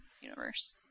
universe